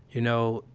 you know.